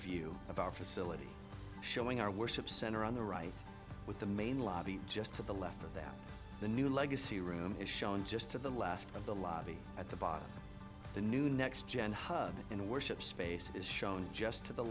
view of our facility showing our worship center on the right with the main lobby just to the left of that the new legacy room is shown just to the left of the lobby at the bottom of the new next gen hub in a worship space is shown just to the